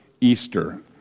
Easter